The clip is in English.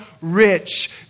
rich